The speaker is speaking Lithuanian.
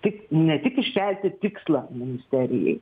tik ne tik iškelti tikslą ministerijai